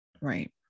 Right